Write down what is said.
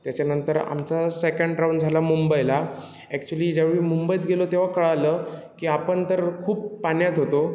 त्याच्यानंतर आमचा second round झाला मुंबईला ॲक्चुअली ज्यावेळी मुंबईत गेलो तेव्हा कळलं की आपण तर खूप पाण्यात होतो